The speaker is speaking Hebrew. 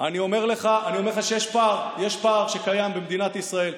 אני אומר לך שיש פער שקיים במדינת ישראל,